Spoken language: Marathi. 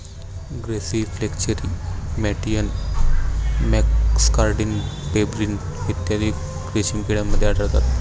ग्रेसी फ्लेचेरी मॅटियन मॅसकार्डिन पेब्रिन इत्यादी रेशीम किड्यांमध्ये आढळतात